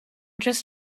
just